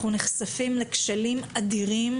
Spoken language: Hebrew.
אנחנו נחשפים לכשלים אדירים